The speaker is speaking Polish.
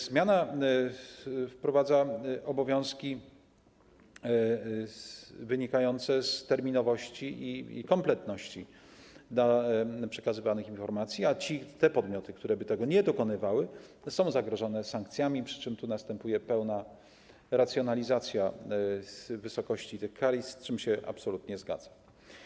Zmiana wprowadza również obowiązki dotyczące terminowości i kompletności przekazywanych informacji, a te podmioty, które by ich nie dopełniały, są zagrożone sankcjami, przy czym tu następuje pełna racjonalizacja wysokości tych kar, z czym się absolutnie zgadzam.